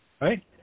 right